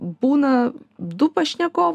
būna du pašnekovai